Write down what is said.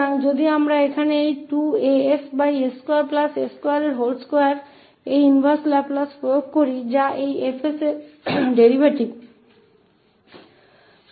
इसलिए यदि हम यहाँ इस 2ass2a22के लाप्लास प्रतिलोम को लागू करते हैं जो इस 𝐹𝑠 का डेरीवेटिव है